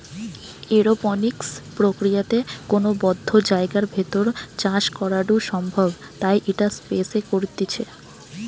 aeroponics প্রক্রিয়াতে কোনো বদ্ধ জায়গার ভেতর চাষ করাঢু সম্ভব তাই ইটা স্পেস এ করতিছে